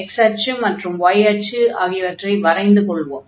x அச்சு மற்றும் y அச்சு ஆகியவற்றை வரைந்து கொள்வோம்